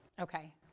Okay